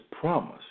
promise